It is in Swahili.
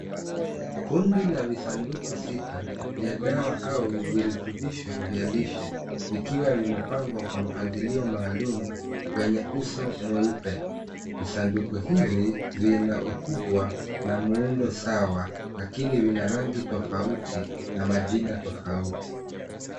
Kundi la visanduku sita, vya dawa au virutubisho vya lishe vikiwa vimepangwa kwa mpangilio maalum, wenye uso mweupe visanduku hivi vina ukubwa la muundo Sawa lakini vina rangi tofauti na majina tofauti.